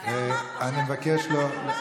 אמר, אני מבקש לא,